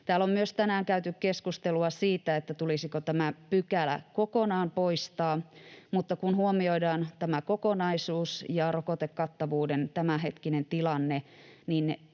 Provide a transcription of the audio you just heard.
Täällä on tänään käyty keskustelua myös siitä, tulisiko tämä pykälä kokonaan poistaa, mutta kun huomioidaan tämä kokonaisuus ja rokotekattavuuden tämänhetkinen tilanne,